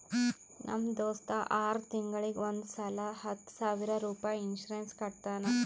ನಮ್ ದೋಸ್ತ ಆರ್ ತಿಂಗೂಳಿಗ್ ಒಂದ್ ಸಲಾ ಹತ್ತ ಸಾವಿರ ರುಪಾಯಿ ಇನ್ಸೂರೆನ್ಸ್ ಕಟ್ಟತಾನ